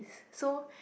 so